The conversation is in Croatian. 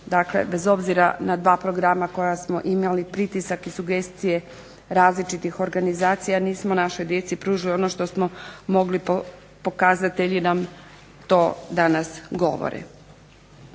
bez obzira na dva programa koja smo imali, pritisak i sugestije različitih organizacija, nismo našoj djeci pružili ono što smo mogli. Pokazatelji nam to danas govore.